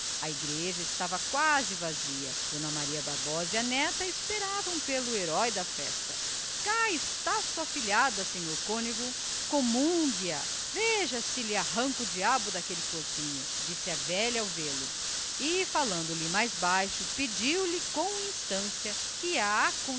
a igreja estava quase vazia d maria bárbara e a neta esperavam pelo herói da função cá está sua afilhada senhor cônego comungue a veja se lhe arranca o diabo de dentro do corpo disse a velha ao vê-lo e falando-lhe mais baixo pediu-lhe com interesse que a